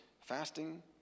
fasting